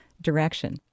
direction